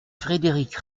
frédéric